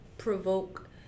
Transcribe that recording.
provoke